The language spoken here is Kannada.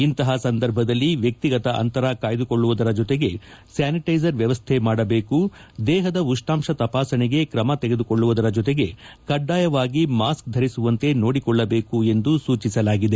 ಇಂತಹ ಸಂದರ್ಭದಲ್ಲಿ ವ್ಯಕ್ತಿಗತ ಅಂತರ ಕಾಯ್ದುಕೊಳ್ಳುವರ ಜೊತೆ ಸ್ಯಾನಿಟೈಸರ್ ವ್ಯವಸ್ಠೆ ಮಾಡಬೇಕು ದೇಹದ ಉಷ್ಣಾಂಶ ತಪಾಸಣೆಗೆ ಕ್ರಮ ತೆಗೆದುಕೊಳ್ಳುವ ಜೊತೆಗೆ ಕಡ್ಡಾಯವಾಗಿ ಮಾಸ್ಕ್ ಧರಿಸುವಂತೆ ನೋಡಿಕೊಳ್ಳಬೇಕು ಎಂದು ಸೂಚಿಸಲಾಗಿದೆ